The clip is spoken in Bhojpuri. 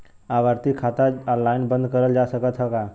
आवर्ती खाता ऑनलाइन बन्द करल जा सकत ह का?